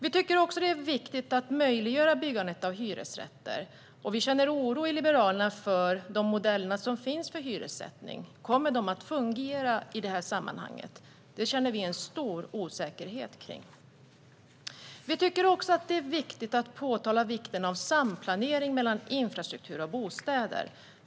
Vi tycker att det är viktigt att möjliggöra byggande av hyresrätter. Vi i Liberalerna känner oro för de modeller som finns för hyressättning. Kommer de att fungera i det här sammanhanget? Det känner vi en stor osäkerhet kring. Vi vill också framhålla vikten av samplanering mellan infrastruktur och bostäder.